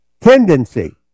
tendency